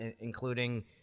including